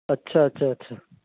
اچھا اچھا اچھا